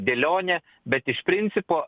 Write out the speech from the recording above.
dėlionė bet iš principo